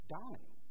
dying